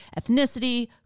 ethnicity